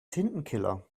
tintenkiller